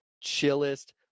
chillest